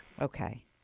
okay